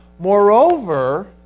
Moreover